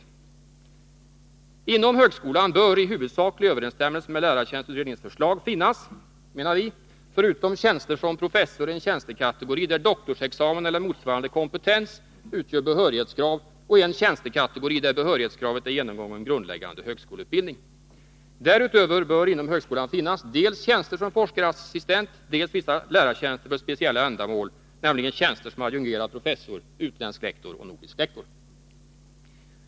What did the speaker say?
Vi menar att inom högskolan bör, i huvudsaklig överensstämmelse med lärartjänstutredningens förslag, finnas — förutom tjänster som professor — en tjänstekategori, där doktorsexamen eller motsvarande kompetens utgör behörighetskrav, och en tjänstekategori där behörighetskravet är genomgången grundläggande högskoleutbildning. Därutöver bör inom högskolan finnas dels tjänster som forskarassistent, dels vissa lärartjänster för speciella ändamål, nämligen tjänster som adjungerad professor, utländsk lektor och nordisk lektor.